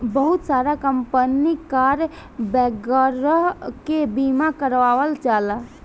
बहुत सारा company car वगैरह के बीमा करावल जाला